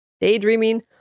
daydreaming